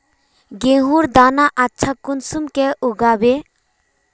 गेहूँर दाना अच्छा कुंसम के उगबे?